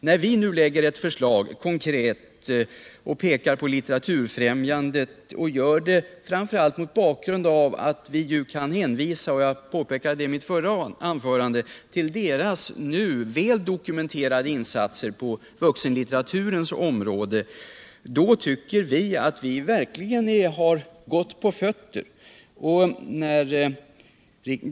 När vi nu framlägger ett konkret förslag och pekar på Litteraturfrämjandet och gör det framför allt mot bakgrund av att vi ju kan hänvisa — jag påpekade detta i mitt förra anförande — till Främjandetis väl dokumenterade insatser på vuxenlitteraturens område, då tycker vi att vi verkligen har bra på fötterna.